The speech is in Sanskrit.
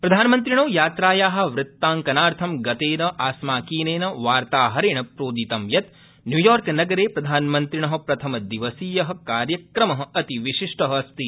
प्रधानमन्त्रिणो यात्राया वृत्तांकनार्थ गतेन अस्माकीनेन वार्ताहरेण प्रोदित यत् न्यूयॉर्कनगरे प्रधानमन्त्रिण प्रथमदिवसीय कार्यक्रम अतिविशिष्ट अस्ति